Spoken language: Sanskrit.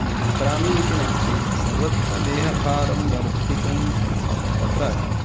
मम ग्रामे इति नास्ति सर्वत्र देहभारं वर्धितुं तत्र